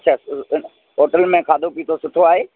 अछा होटल में खाधो पीतो सुठो आहे